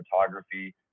photography